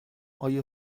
آیا